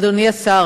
אדוני השר,